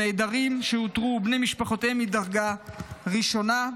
נעדרים שאותרו ובני משפחותיהם מדרגה ראשונה,